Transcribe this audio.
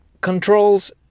controls